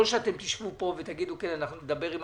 לא שאתם תשבו כאן ותגידו שנדבר עם